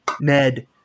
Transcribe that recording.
Ned